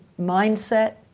mindset